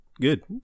good